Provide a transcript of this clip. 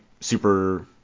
super